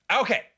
Okay